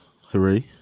Hooray